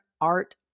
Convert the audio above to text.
Art